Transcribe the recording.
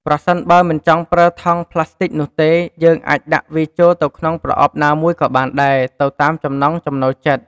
ប្រសិនបើ មិនចង់ប្រើថង់ប្លាស្ទិចនោះទេ យើងអាចដាក់វាចូលទៅក្នុងប្រអប់ណាមួយក៏បានដែរ ទៅតាមចំណង់ចំណូលចិត្ត។